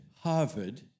Harvard